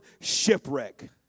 shipwreck